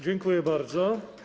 Dziękuję bardzo.